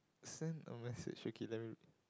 send a message okay let me read